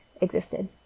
existed